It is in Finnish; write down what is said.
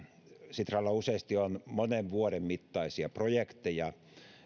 sitralla on useasti monen vuoden mittaisia projekteja